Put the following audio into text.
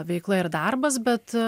veikla ir darbas bet